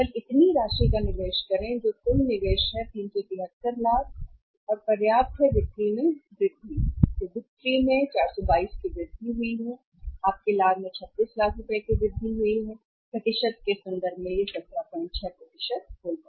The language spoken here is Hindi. केवल इतनी राशि का निवेश करें जो कुल निवेश है जो 373 लाख है और पर्याप्त है बिक्री में वृद्धि बिक्री में 422 की वृद्धि हुई और आपके लाभ में 36 लाख की वृद्धि हुई प्रतिशत के संदर्भ में यह 176 होगा